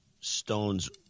Stone's